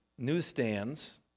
newsstands